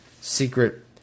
secret